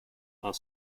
are